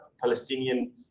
Palestinian